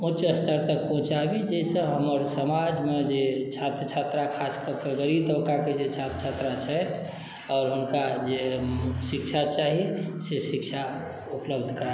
उच्च स्तर तक पहुँचाबी जाहिसँ हमर समाजमे जे छात्र छात्रा खासकऽ कऽ गरीब तबकाके जे छात्र छात्रा छथि आओर हुनका जे शिक्षा चाही से शिक्षा उपलब्ध करा